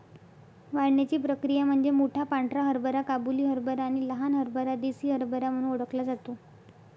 वाढण्याची प्रक्रिया म्हणजे मोठा पांढरा हरभरा काबुली हरभरा आणि लहान हरभरा देसी हरभरा म्हणून ओळखला जातो